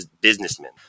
businessmen